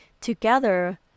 Together